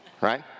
right